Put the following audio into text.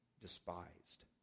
despised